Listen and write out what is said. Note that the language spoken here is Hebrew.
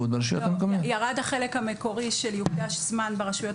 ירד החלק המקורי של "יוקדש זמן ברשויות